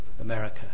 America